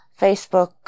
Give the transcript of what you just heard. Facebook